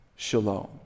shalom